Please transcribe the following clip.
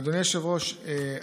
אדוני היושב-ראש,